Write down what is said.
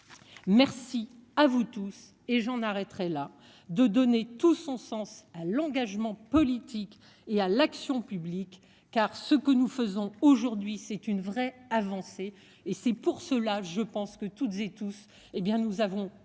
Merci à vous tous et j'en arrêterait là de donner tout son sens à l'engagement politique et à l'action publique. Car ce que nous faisons aujourd'hui, c'est une vraie avancée et c'est pour cela je pense que toutes et tous, hé bien